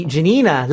Janina